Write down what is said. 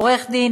עורך-הדין,